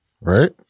right